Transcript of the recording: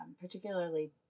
particularly